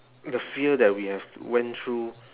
the fear that we have went through